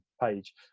page